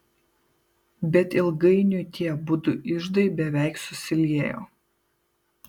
bet ilgainiui tie abudu iždai beveik susiliejo